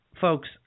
Folks